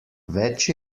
več